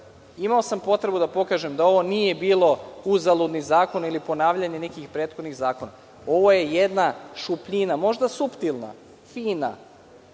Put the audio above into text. imao sam potrebu da pokažem da ovo nije bio uzaludni zakon ili ponavljanje nekih prethodnih zakona. Ovo je jedna šupljina, možda suptilna, fina,